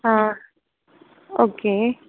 ஆ okay